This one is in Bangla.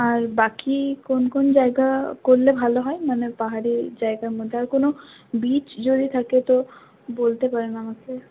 আর বাকি কোন কোন জায়গা করলে ভালো হয় মানে পাহাড়ি জায়গার মধ্যে আর কোনো বীচ যদি থাকে তো বলতে পারেন আমাকে